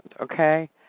okay